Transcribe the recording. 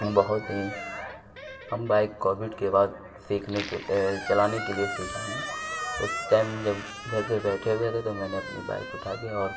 بہت ہی ہم بائک کووڈ کے بعد سیکھنے کے چلانے کے لیے سیکھا ہوں اس ٹائم جب گھر پہ بیٹھے ہوئے تھے تو میں نے اپنی بائک اٹھا کے اور